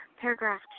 paragraph